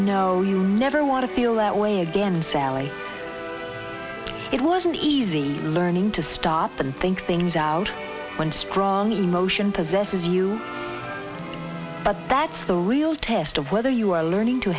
it no you never want to feel that way again sally it wasn't easy learning to stop and think things out when strong emotion possesses you but that's the real test of whether you are learning to